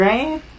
Right